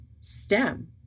STEM